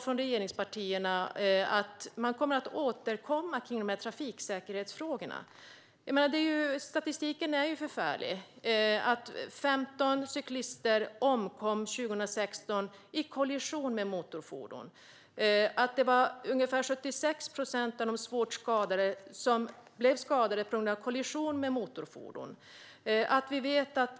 Regeringspartierna skrev då att man kommer att återkomma i trafiksäkerhetsfrågorna. Statistiken är ju förfärlig. År 2016 omkom 15 cyklister i kollision med motorfordon. Ungefär 76 procent av de svårt skadade blev skadade vid en kollision med motorfordon.